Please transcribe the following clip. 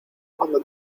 cuando